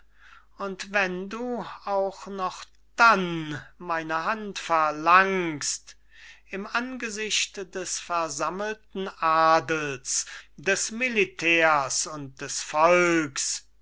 und wenn du auch noch dann meine hand verlangst im angesicht des versammelten adels des militärs und des volks umgürte